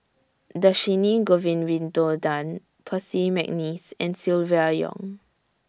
Dhershini Govin Winodan Percy Mcneice and Silvia Yong